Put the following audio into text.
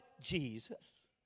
Jesus